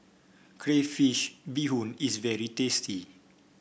Crayfish Beehoon is very tasty